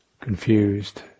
confused